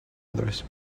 others